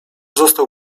został